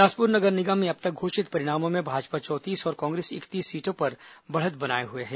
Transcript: बिलासपुर नगर निगम में अब तक घोषित परिणामों में भाजपा चौतीस और कांग्रेस इकतीस सीटों पर बढ़त बनाए हुए हैं